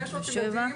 כ-4,500 ילדים,